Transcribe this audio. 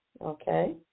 okay